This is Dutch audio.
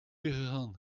gegaan